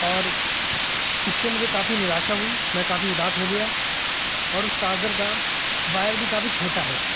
اور اس سے مجھے کافی نراشا ہوئی میں کافی اداس ہو گیا اور اس چارجر کا وائر بھی کافی چھوٹا ہے